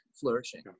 flourishing